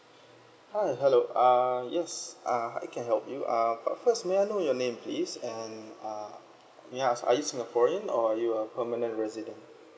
hi hello err yes uh I I can help you uh but first may I know your name please and err may I ask are you singaporean or are you a permanent resident